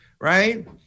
right